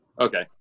Okay